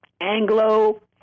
Anglo